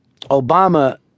Obama